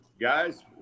Guys